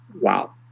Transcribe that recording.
Wow